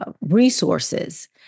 Resources